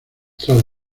tras